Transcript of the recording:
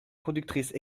productrice